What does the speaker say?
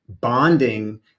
bonding